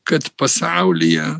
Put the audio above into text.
kad pasaulyje